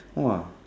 !wah!